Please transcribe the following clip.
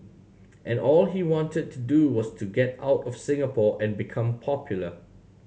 and all he wanted to do was to get out of Singapore and become popular